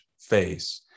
face